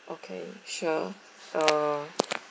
okay sure uh